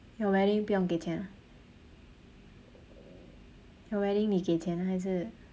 your wedding 不用给钱 ah your wedding 你给钱还是